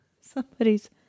Somebody's